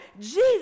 Jesus